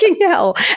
hell